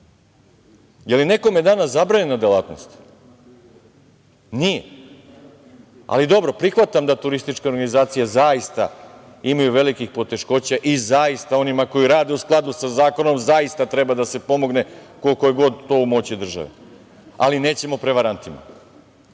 li je nekome danas zabranjena delatnost? Nije. Dobro, prihvatam da turističke organizacije zaista imaju velikih poteškoća i onima koji rade u skladu sa zakonom zaista treba da se pomogne koliko je god to u moći države, ali nećemo prevarantima. Da